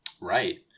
right